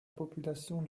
population